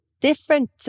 different